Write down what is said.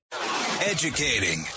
Educating